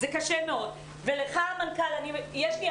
אתם בטח לא אשמים, אבל אלה הנתונים בשטח.